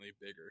bigger